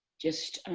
just